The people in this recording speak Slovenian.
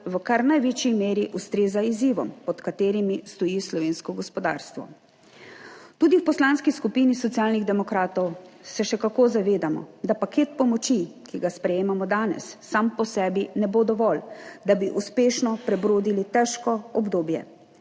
v kar največji meri ustreza izzivom, pred katerimi stoji slovensko gospodarstvo. Tudi v Poslanski skupini Socialnih demokratov se še kako zavedamo, da paket pomoči, ki ga sprejemamo danes, sam po sebi ne bo dovolj, da bi uspešno prebrodili težko obdobje.